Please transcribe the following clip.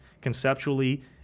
conceptually